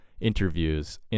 interviews